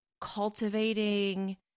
cultivating